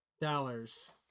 dollars